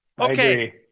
Okay